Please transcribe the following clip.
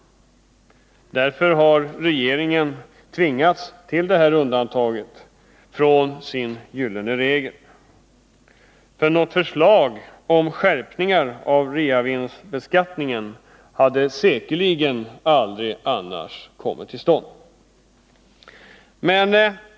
Därför har regeringen tvingats till detta undantag från sin gyllene regel. För något förslag om skärpningar av reavinstbeskattningen hade annars säkerligen aldrig kommit till stånd.